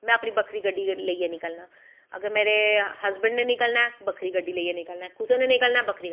में अपनी बक्खरी गड्डी लेईयै निकलनां अगर मेरे हस्वैंड नै निकलनां ऐ बक्खरी गड्डी लेईयै निकलनां ऐ कुसै नै निकलना ऐ बक्खरी गड्डी